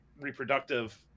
reproductive